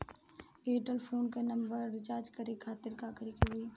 Airtel के phone number recharge करे के खातिर का करे के होई?